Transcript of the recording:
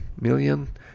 million